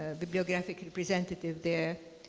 ah bibliographic representative there,